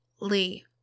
Lee